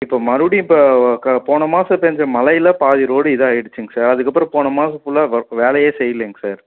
இப்போ மறுபடியும் இப்போ க போன மாதம் பெஞ்ச மழையில் பாதி ரோடு இதாக ஆய்டுச்சிங்க சார் அதுக்கப்புறம் போன மாதம் ஃபுல்லாக வ வேலையே செய்லிங்க சார்